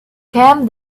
came